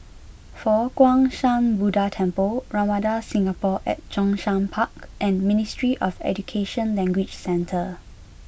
Fo Guang Shan Buddha Temple Ramada Singapore at Zhongshan Park and Ministry of Education Language Centre